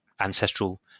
ancestral